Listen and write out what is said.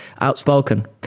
outspoken